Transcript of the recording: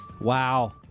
Wow